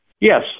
Yes